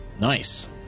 Nice